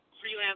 freelance